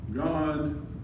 God